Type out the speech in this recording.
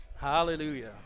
Hallelujah